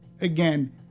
again